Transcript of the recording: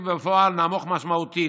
האם זאת מדינה שיש לה שני סוגי אוכלוסיות?